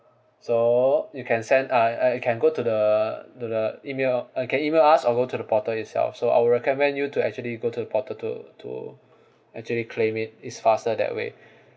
so you can send uh uh you can go to the to the email uh you can email us or go to the portal itself so I'll recommend you to actually go to portal to to actually claim it it's faster that way